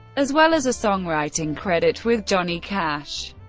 as well as a songwriting credit with johnny cash.